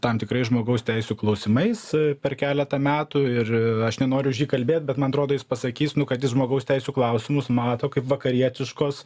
tam tikrais žmogaus teisių klausimais per keletą metų ir aš nenoriu už jį kalbėt bet man atrodo jis pasakys nu kad jis žmogaus teisių klausimus mato kaip vakarietiškos